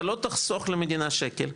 אתה לא תחסוך למדינה שקל,